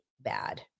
bad